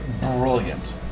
Brilliant